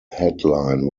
headline